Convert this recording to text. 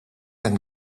and